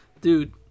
Dude